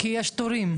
כי יש תורים.